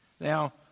Now